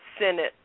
Senate